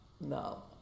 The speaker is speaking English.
No